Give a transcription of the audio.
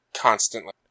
constantly